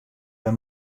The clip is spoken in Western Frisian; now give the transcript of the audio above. wer